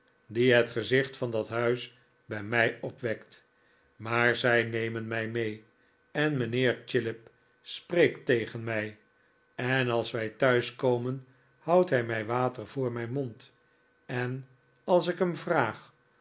die het gezicht van dat huis bij mij opwekt maar zij nemen mij mee en mijnheer chillip spreekt tegen mij en als wij thuis komen houdt hij mij water voor mijn mond en als ik hem vraag